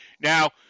Now